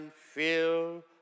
feel